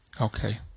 Okay